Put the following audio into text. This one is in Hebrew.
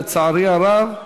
לצערי הרב,